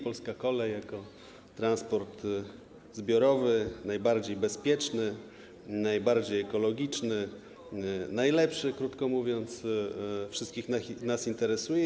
Polska kolej jako transport zbiorowy, najbardziej bezpieczny, najbardziej ekologiczny, najlepszy, krótko mówiąc, wszystkich nas interesuje.